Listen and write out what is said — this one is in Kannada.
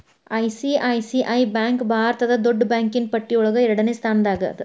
ಐ.ಸಿ.ಐ.ಸಿ.ಐ ಬ್ಯಾಂಕ್ ಭಾರತದ್ ದೊಡ್ಡ್ ಬ್ಯಾಂಕಿನ್ನ್ ಪಟ್ಟಿಯೊಳಗ ಎರಡ್ನೆ ಸ್ಥಾನ್ದಾಗದ